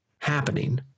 happening